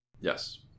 Yes